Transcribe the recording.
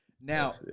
Now